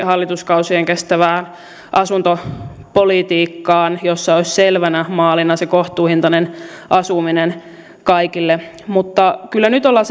hallituskausien kestävään asuntopolitiikkaan jossa olisi selvänä maalina se kohtuuhintainen asuminen kaikille mutta kyllä nyt ollaan